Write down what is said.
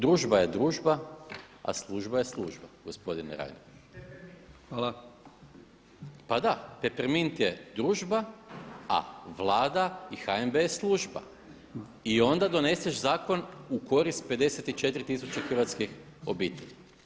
Družba je družba, a služba je služba gospodine Reiner [[Upadica Brkić: Hvala.]] Pa da, pepermint je družba, a Vlada i HNB je služba i onda doneseš zakon u korist 54000 hrvatskih obitelji.